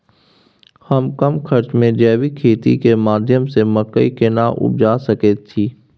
हम कम खर्च में जैविक खेती के माध्यम से मकई केना उपजा सकेत छी?